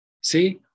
See